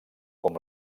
com